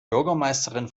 bürgermeisterin